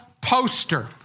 poster